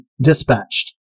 dispatched